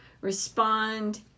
respond